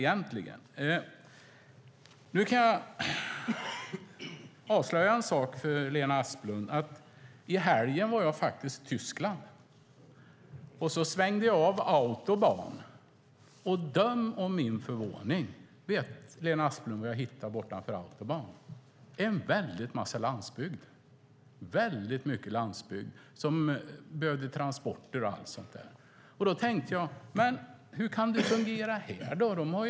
Jag kan avslöja för Lena Asplund att jag var i Tyskland i helgen. Jag svängde av autobahn, och vet Lena Asplund vad jag hittade? Jag hittade en väldig massa landsbygd som behöver transporter. Hur kan det fungera här? tänkte jag.